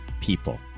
people